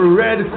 red